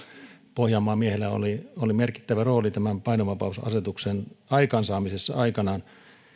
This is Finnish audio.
pohjanmaan miehellä oli oli merkittävä rooli aikanaan tämän painovapausasetuksen aikaansaamisessa